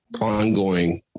ongoing